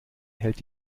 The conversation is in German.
hält